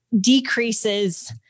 decreases